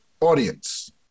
audience